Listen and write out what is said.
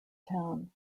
town